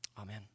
Amen